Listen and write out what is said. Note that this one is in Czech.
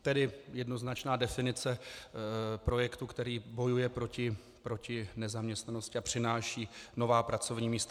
Tedy jednoznačná definice projektu, který bojuje proti nezaměstnanosti a přináší nová pracovní místa.